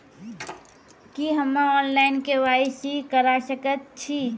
की हम्मे online, KYC करा सकैत छी?